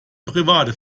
private